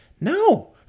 no